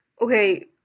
okay